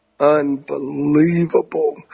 unbelievable